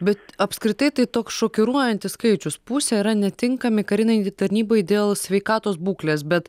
bet apskritai tai toks šokiruojantis skaičius pusė yra netinkami karinei tarnybai dėl sveikatos būklės bet